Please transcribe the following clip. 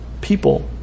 people